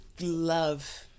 love